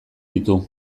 ditu